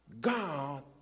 God